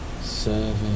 seven